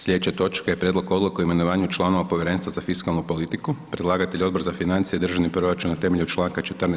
Sljedeća točka je: - Prijedlog Odluke o imenovanju članova Povjerenstva za fiskalnu politiku; Predlagatelj je Odbor za financije i državni proračun na temelju čl. 14.